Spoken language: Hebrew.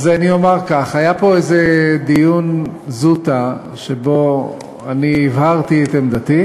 אז אני אומַר כך: היה פה איזה דיון זוטא שבו אני הבהרתי את עמדתי,